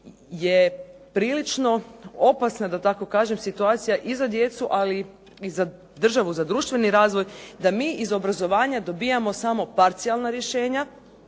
je prilično opasna da tako kažem situacija i za djecu ali i za državu za društveni razvoj da mi iz obrazovanja dobijmo samo parcijalna rješenja.